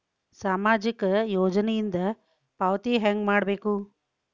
ಸಾಮಾಜಿಕ ಯೋಜನಿಯಿಂದ ಪಾವತಿ ಹೆಂಗ್ ಪಡಿಬೇಕು?